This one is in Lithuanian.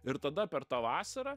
ir tada per tą vasarą